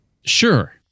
sure